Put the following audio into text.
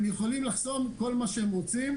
הם יכולים לחסום כל מה שהם רוצים.